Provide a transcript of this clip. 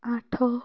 ଆଠ